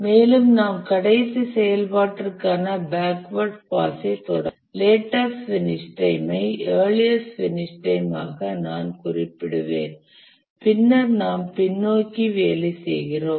மேலும் நாம் கடைசி செயல்பாட்டிற்கான பேக்வேர்ட் பாஸைத் தொடங்குவோம் லேட்டஸ்ட் பினிஷ் டைம் ஐ இயர்லியஸ்ட் பினிஷ் டைம் ஆக நான் குறிப்பிடுவேன் பின்னர் நாம் பின்னோக்கி வேலை செய்கிறோம்